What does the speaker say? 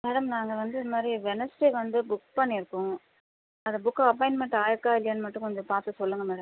madam நாங்கள் வந்து இது மாதிரி வெட்னஸ்டே வந்து புக் பண்ணியிருக்கோம் அந்த புக் அப்பாயின்மென்ட் அப்பாயின்மென்ட் ஆயிர்க்கா இல்லையான்னு மட்டும் கொஞ்சம் பார்த்து சொல்லுங்கள் மேடம்